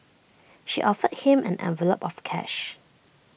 she offered him an envelope of cash